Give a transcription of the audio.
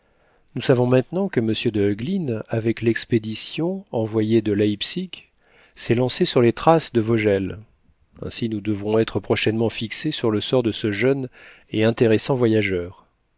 nous savons maintenant que m de heuglin avec l'expédition envoyée de leipzig s'est lancé sur les traces de vogel ainsi nous devrons être prochainement fixés sur le sort de ce jeune et intéressant voyageur